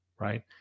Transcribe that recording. right